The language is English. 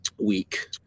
week